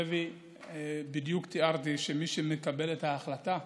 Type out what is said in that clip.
מ-52 שוטרים, שזו הייתה הדרישה הראשונית,